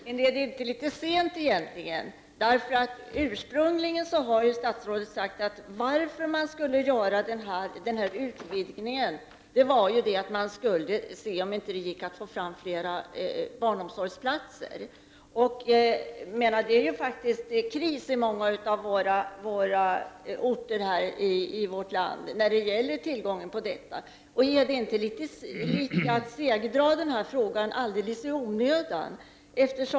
Herr talman! Är det inte litet sent, egentligen? Statsrådet sade ursprungligen att skälet till denna utvidgning var att man skulle se om det inte gick att få fram fler barnomsorgsplatser. Situationen är ju faktiskt krisartad i många orter i landet när det gäller tillgången på barnomsorgsplatser. Innebär inte det som nu sker att frågan segdras alldeles i onödan?